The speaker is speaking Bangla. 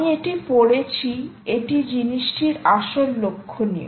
আমি এটি পড়েছি এটি জিনিসটির আসল লক্ষণীয়